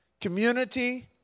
community